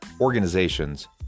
organizations